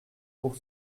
pour